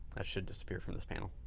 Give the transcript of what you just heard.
it should disappear from this panel.